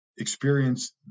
experience